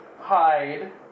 hide